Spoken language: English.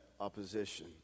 opposition